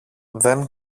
δεν